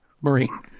Marine